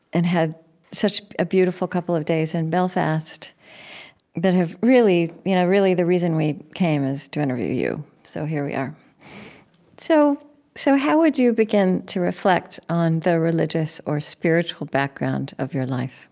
and had such a beautiful couple of days in belfast that have really you know really, the reason we came is to interview you. so here we are so so how would you begin to reflect on the religious or spiritual background of your life?